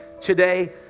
today